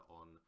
on